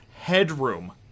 Headroom